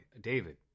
david